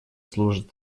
служат